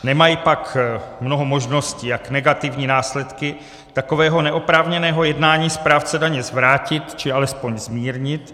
Nemají pak mnoho možností, jak negativní následky takového neoprávněného jednání správce daně zvrátit, či alespoň zmírnit.